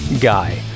guy